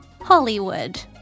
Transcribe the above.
Hollywood